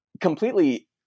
completely